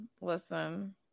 listen